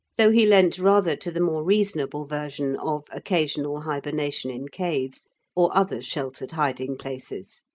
though he leant rather to the more reasonable version of occasional hybernation in caves or other sheltered hiding-places.